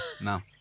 no